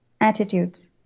Attitudes